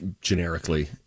Generically